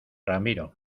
ramiro